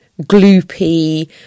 gloopy